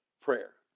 Prayer